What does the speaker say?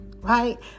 right